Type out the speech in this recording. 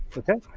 okay?